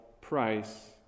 price